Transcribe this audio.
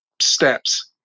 steps